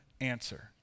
answer